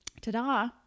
ta-da